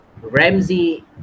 ramsey